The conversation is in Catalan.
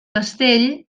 castell